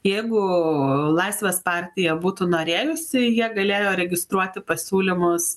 jeigu laisvės partija būtų norėjusi jie galėjo registruoti pasiūlymus